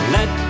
Let